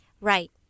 Right